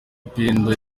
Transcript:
pendo